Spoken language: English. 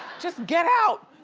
just get out!